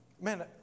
man